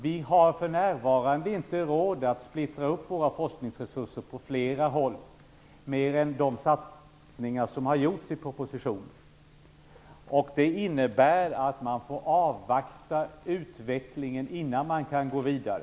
Vi har för närvarande inte råd att splittra upp våra forskningsresurser på flera håll, mer än de satsningar som har föreslagits i propositionen. Det innebär att vi får avvakta utvecklingen innan vi kan gå vidare.